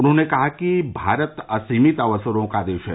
उन्होंने कहा कि भारत असीमिति अक्सरो का देश है